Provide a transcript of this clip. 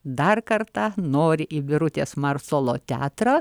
dar kartą nori į birutės mar solo teatrą